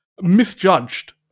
misjudged